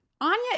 Anya